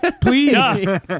Please